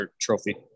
trophy